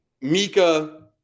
Mika